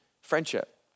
friendship